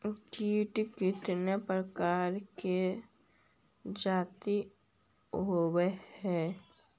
कीट कीतने प्रकार के जाती होबहय?